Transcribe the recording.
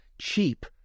cheap